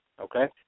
Okay